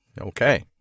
Okay